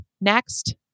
next